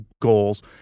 goals